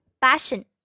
passion